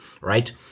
right